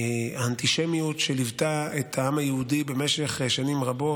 האנטישמיות שליוותה את העם היהודי במשך שנים רבות,